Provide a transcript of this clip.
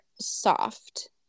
soft